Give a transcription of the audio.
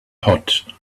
hot